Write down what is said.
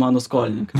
mano skolininkai